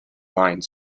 line